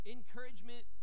Encouragement